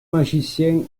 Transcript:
magicien